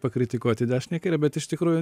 pakritikuot į dešinę į kairę bet iš tikrųjų